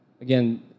Again